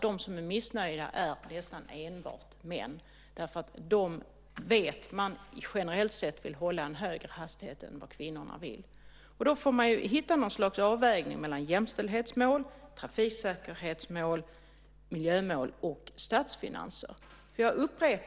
De som är missnöjda är nästan enbart män. Man vet att de generellt sett vill hålla en högre hastighet än vad kvinnorna vill. Man får hitta något slags avvägning mellan jämställdhetsmål, trafiksäkerhetsmål, miljömål och statsfinanser.